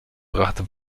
brachte